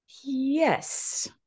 yes